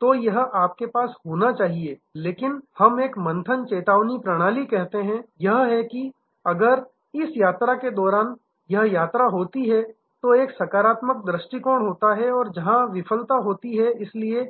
तो यह आपके पास होना चाहिए लेकिन हम एक मंथन चेतावनी प्रणाली कहते हैं यह है कि अगर इस यात्रा के दौरान यह यात्रा होती है तो एक सकारात्मक दृष्टिकोण होता है और जहां भी विफलता होती है इसलिए